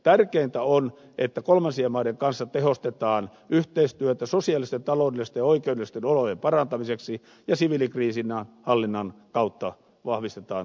tärkeintä on että kolmansien maiden kanssa tehostetaan yhteistyötä sosiaalisten taloudellisten ja oikeudellisten olojen parantamiseksi ja siviilikriisinhallinnan kautta vahvistetaan suomen toimintaa